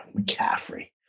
McCaffrey